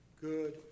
good